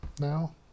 now